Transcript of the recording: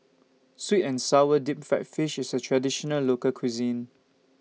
Sweet and Sour Deep Fried Fish IS A Traditional Local Cuisine